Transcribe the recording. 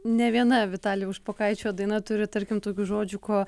ne viena vitalijaus špokaičio daina turi tarkim tokių žodžių ko